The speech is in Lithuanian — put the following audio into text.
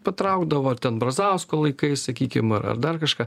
patraukdavo ar ten brazausko laikais sakykim ar ar dar kažką